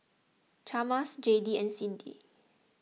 Chalmers Jayde and Cindy